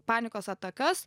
panikos atakas